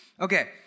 Okay